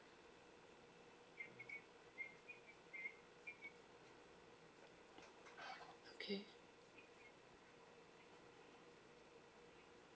okay